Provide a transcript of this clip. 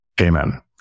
Amen